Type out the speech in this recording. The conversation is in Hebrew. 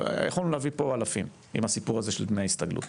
יכולנו להביא לפה אלפים עם הסיפור הזה של דמי הסתגלות.